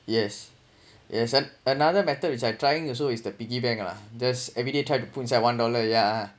yes yes and another method which I trying also is the piggy bank lah just everyday tried to put one dollar yeah ah